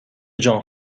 جان